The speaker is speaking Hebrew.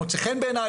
מוצא חן בעיניי,